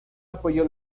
apoyó